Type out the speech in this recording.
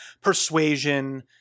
persuasion